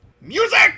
music